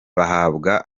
bahabwa